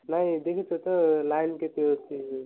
ନାଇଁ ଦେଖୁଛ ତ ଲାଇନ୍ କେତେ ଅଛି